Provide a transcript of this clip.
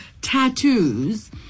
tattoos